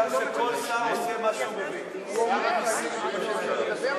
אדוני היושב-ראש,